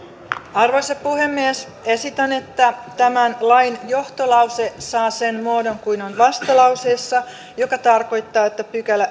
arvoisa puhemies esitän että tämän lain johtolause saa sen muodon kuin on vastalauseessa mikä tarkoittaa että seitsemäskymmenestoinen a pykälä